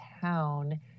town